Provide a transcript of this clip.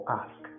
ask